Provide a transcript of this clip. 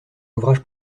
ouvrage